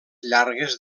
llargues